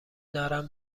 دارم